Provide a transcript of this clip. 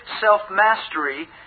self-mastery